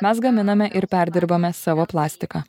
mes gaminame ir perdirbame savo plastiką